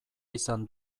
izan